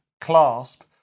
clasp